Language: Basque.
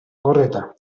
gordeta